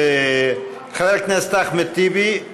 חבר הכנסת אחמד טיבי,